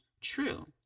true